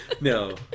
No